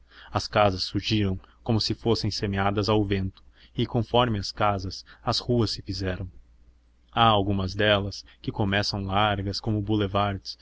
as casas surgiam como se fossem semeadas ao vento e conforme as casas as ruas se fizeram há algumas delas que começam largas como boulevards